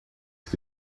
que